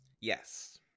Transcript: yes